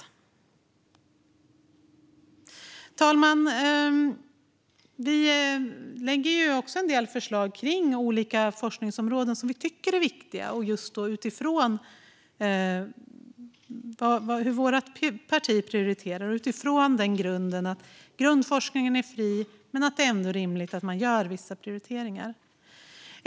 Herr talman! Vi lägger också fram en del förslag kring olika forskningsområden som vi tycker är viktiga just utifrån hur vårt parti prioriterar. Vår grund är att grundforskningen är fri men att det ändå är rimligt att göra vissa prioriteringar.